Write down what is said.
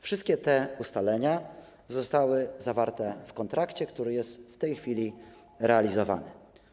Wszystkie te ustalenia zostały zawarte w kontrakcie, który jest w tej chwili realizowany.